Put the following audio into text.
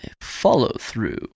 follow-through